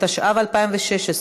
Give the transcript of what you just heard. התשע"ו 2016,